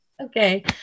okay